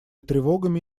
тревогами